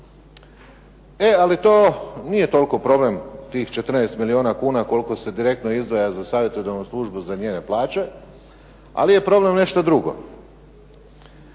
E ali to nije toliko problem tih 14 milijuna kuna koliko se direktno izdvaja za savjetodavnu službu, za njene plaće, ali je problem nešto drugo.